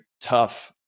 tough